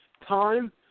time